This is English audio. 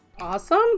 Awesome